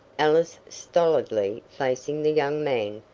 ellis, stolidly facing the young man,